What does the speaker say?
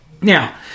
Now